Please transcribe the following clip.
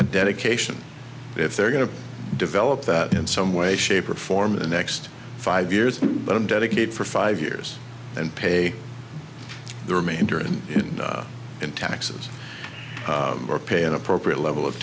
a dedication if they're going to develop that in some way shape or form the next five years but i'm dedicated for five years and pay the remainder and in taxes or pay an appropriate level of